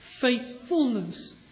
faithfulness